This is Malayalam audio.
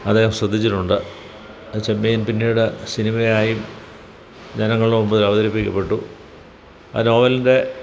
അദ്ദേഹം ശ്രദ്ധിച്ചിട്ടുണ്ട് ചെമ്മീൻ പിന്നീട് സിനിമയായി ജനങ്ങളുടെ മുമ്പിൽ അവതരിക്കപ്പെട്ടു ആ നോവലിൻ്റെ